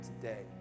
today